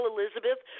Elizabeth